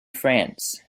france